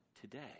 today